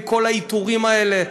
עם כל העיטורים האלה,